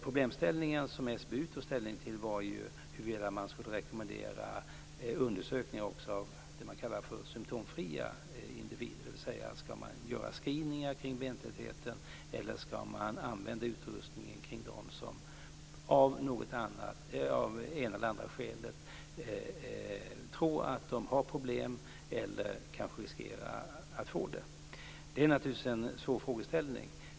Problemställningen som SBU tog ställning till var ju huruvida man skulle rekommendera undersökningar också av symtomfria individer, om man skall göra screening av bentätheten eller om man bara skall använda utrustningen för dem som av ett eller annat skäl tror att de har problem eller riskerar att få det. Det är naturligtvis en svår frågeställning.